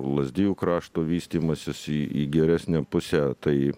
lazdijų krašto vystymasis į į geresnę pusę tai